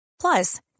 Plus